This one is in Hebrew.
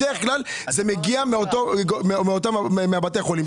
בדרך כלל מגיע מבתי החולים.